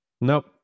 Nope